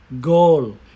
goal